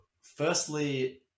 firstly